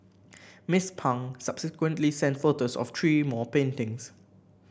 Miss Pang subsequently sent photos of three more paintings